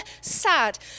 sad